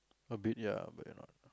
a bit ya but you're not